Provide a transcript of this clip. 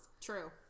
True